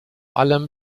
allem